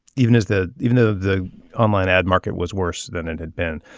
even as the even though the online ad market was worse than it had been.